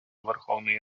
верховної